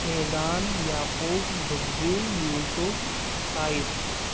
Faizan Yaqub Babbu Yusuf Taib